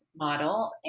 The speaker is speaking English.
model